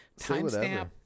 timestamp